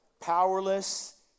powerless